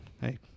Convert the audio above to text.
Hey